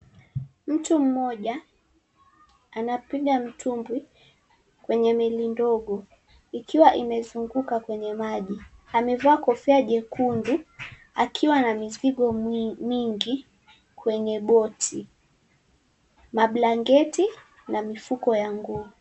Mtu mmoja anapiga mtumbwi kwenye meli ndogo ikiwa imezunguka kwenye maji. Amevaa kofia jekundu akiwa na mizigo mingi kwenye boti. Mablanketi na mifuko ya nguo.